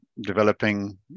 developing